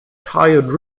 tired